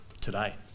today